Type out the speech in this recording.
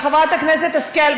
חברת הכנסת השכל,